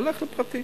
הולך לפרטי.